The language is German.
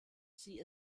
sie